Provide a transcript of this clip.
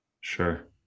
Sure